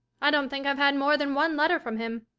i don't think i've had more than one letter from him.